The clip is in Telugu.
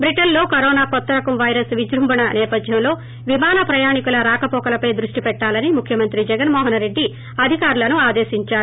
బ్రిటన్లో కరోనా కొత్త రకం వైరస్ విజృంభణ నేపథ్యంలో విమాన ప్రయాణికుల రాకవోకలపై దృష్టి పెట్టాలని ముఖ్యమంత్రి జగన్మోహన్ రెడ్డి అధికారులను ఆదేశిందారు